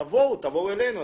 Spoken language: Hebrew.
תבואו, תבואו אלינו.